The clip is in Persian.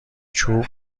چوب